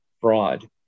fraud